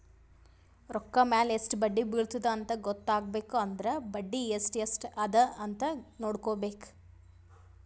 ರೊಕ್ಕಾ ಮ್ಯಾಲ ಎಸ್ಟ್ ಬಡ್ಡಿ ಬಿಳತ್ತುದ ಅಂತ್ ಗೊತ್ತ ಆಗ್ಬೇಕು ಅಂದುರ್ ಬಡ್ಡಿ ಎಸ್ಟ್ ಎಸ್ಟ್ ಅದ ಅಂತ್ ನೊಡ್ಕೋಬೇಕ್